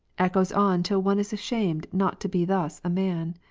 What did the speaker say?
echoes on till one is ashamed not to be thus a man.